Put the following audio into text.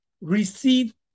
receive